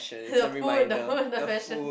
the food the food the fashion